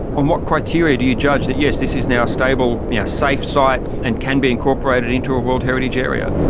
on what criteria do you judge that, yes, this is now stable, a yeah safe site and can be incorporated into a world heritage area?